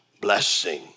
blessing